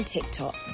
TikTok